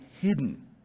hidden